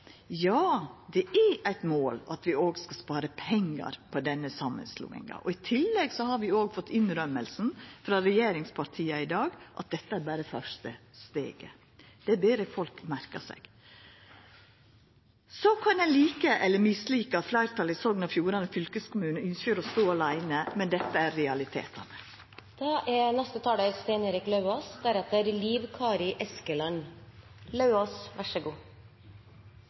Ja, det er eit mål at ein òg skal spara pengar på denne samanslåinga. I tillegg har vi òg fått innrømminga frå regjeringspartia i dag om at dette berre er det første steget. Det ber eg folk merka seg. Så kan ein lika eller mislika at fleirtalet i Sogn og Fjordane fylkeskommune ynskjer å stå aleine, men dette er realitetane. Jeg hadde tro, jeg hadde sterk tro. Nå hadde Stortinget muligheten. Mange så